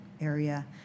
area